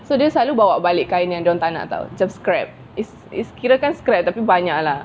so dia selalu bawa balik kain yang dorang tak nak [tau] just scrap it's it's kirakan scrap tapi banyak lah